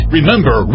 Remember